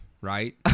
right